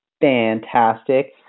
Fantastic